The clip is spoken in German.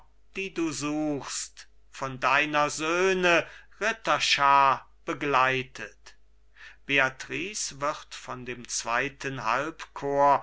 die du suchst von deiner söhne ritterschaar begleitet beatrice wird von dem zweiten halbchor